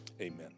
amen